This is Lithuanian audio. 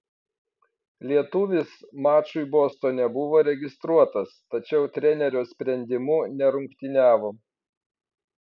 lietuvis mačui bostone buvo registruotas tačiau trenerio sprendimu nerungtyniavo